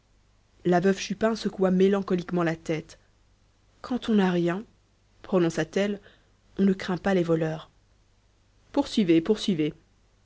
la veuve chupin secoua mélancoliquement la tête quand on n'a rien prononça t elle on ne craint pas les voleurs poursuivez poursuivez